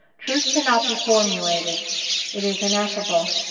truth cannot be formulated it is ineffable,